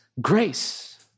grace